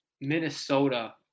Minnesota